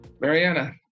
Mariana